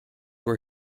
were